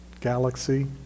Galaxy